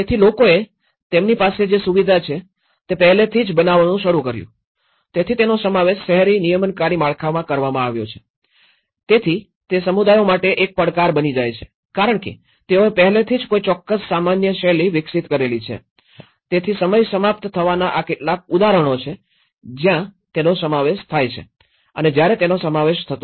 તેથી લોકોએ તેમની પાસે જે સુવિધા છે તે પહેલેથી જ બનાવવાનું શરૂ કર્યું તેથી તેનો સમાવેશ શહેરી નિયમનકારી માળખામાં કરવામાં આવ્યો છે તેથી તે સમુદાયો માટે એક પડકાર બની જાય છે કારણ કે તેઓએ પહેલેથી જ કોઈ ચોક્કસ સામાન્ય શૈલી વિકસિત કરેલી છે તેથી સમય સમાપ્ત થવાનાં આ કેટલાક ઉદાહરણો છે કે જ્યારે તેનો સમાવેશ થાય છે અને જ્યારે તેનો સમાવેશ નથી થતો